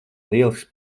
lielisks